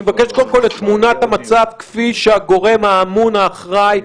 אני מבקש קודם כול את תמונת המצב כפי שהגורם האמון האחראי,